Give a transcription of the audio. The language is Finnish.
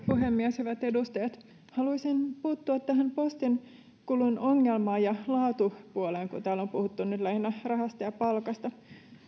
puhemies hyvät edustajat haluaisin puuttua tähän postin kulun ongelmaan ja laatupuoleen kun täällä on puhuttu nyt lähinnä rahasta ja palkasta